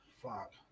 Fuck